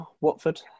Watford